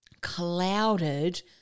clouded